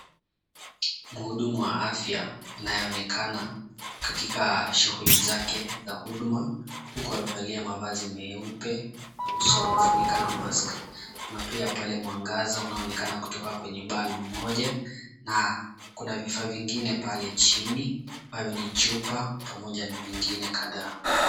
Mhudumu wa afya anayeonekana katika shughuli zake za huduma huku amevalia mavazi meupe na uso amefunika na mask . Kuna pia pale mwangaza unaoonekana kutoka kwenye bulb moja na kuna vifaa vingine pale chini ambavyo ni chupa na vingine kadhaa.